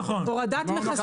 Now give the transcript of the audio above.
הורדת מכסים --- לא נכון.